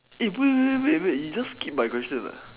wait wait wait wait wait wait you just skipped my question lah